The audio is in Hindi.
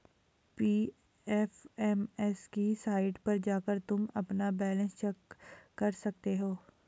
पी.एफ.एम.एस की साईट पर जाकर तुम अपना बैलन्स चेक कर सकते हो